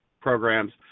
programs